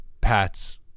pats